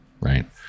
Right